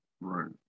right